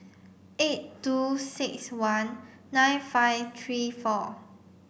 eight two six one nine five three four